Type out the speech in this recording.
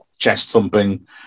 chest-thumping